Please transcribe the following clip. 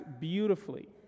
beautifully